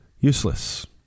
useless